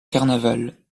carnaval